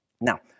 Now